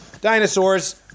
Dinosaurs